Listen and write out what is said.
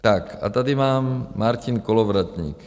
Tak a tady mám Martin Kolovratník.